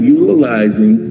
utilizing